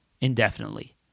indefinitely